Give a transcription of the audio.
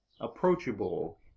approachable